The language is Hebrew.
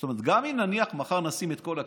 זאת אומרת, גם אם נניח שמחר נשים את כל הכסף,